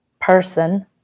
person